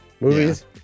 Movies